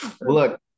Look